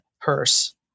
purse